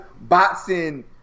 boxing